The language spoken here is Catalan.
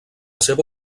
seva